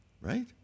right